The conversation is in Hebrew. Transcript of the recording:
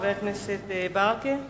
חבר הכנסת מוחמד ברכה,